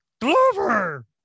Glover